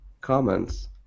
comments